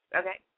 okay